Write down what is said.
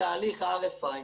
אני אומר שבתהליך ה-RFI,